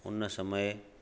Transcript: उन समय